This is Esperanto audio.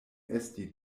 esti